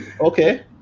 okay